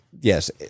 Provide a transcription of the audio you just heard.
Yes